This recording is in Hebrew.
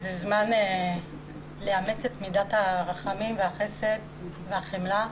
זה הזמן לאמץ את מידת הרחמים והחסד והחמלה.